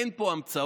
אין פה המצאות.